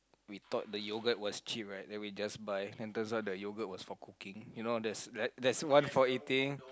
we thought the yogurt was cheap right then we just buy then turns out the yogurt was just for cooking you know there's ri~ there's one for eating